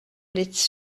its